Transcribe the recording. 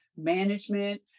management